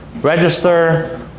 register